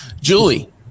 julie